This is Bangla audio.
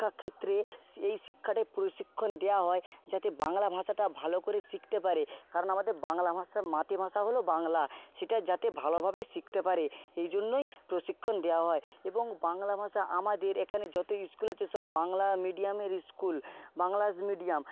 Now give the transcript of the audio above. শিক্ষাক্ষেত্রে এই শিক্ষাটাই প্রশিক্ষণ দেওয়া হয় যাতে বাংলা ভাষাটা ভালো করে শিখতে পারে কারণ আমাদের বাংলা ভাষা মাতৃভাষা হল বাংলা সেটা যাতে ভালোভাবে শিখতে পারে এই জন্যই প্রশিক্ষণ দেওয়া হয় এবং বাংলা ভাষা আমাদের এখানে যত স্কুল আছে সব বাংলা মিডিয়ামের স্কুল বাংলা মিডিয়াম